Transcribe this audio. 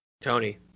Tony